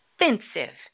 offensive